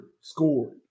scored